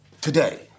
Today